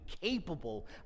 capable